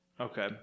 Okay